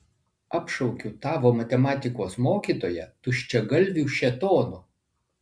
apšaukiu tavo matematikos mokytoją tuščiagalviu šėtonu